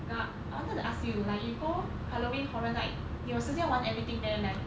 ah I wanted to ask you like you go halloween horror night 你有时间玩 everything there like